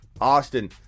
Austin